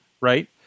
right